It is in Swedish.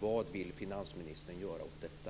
Vad vill finansministern göra åt detta?